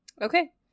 Okay